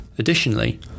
Additionally